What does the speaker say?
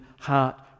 heart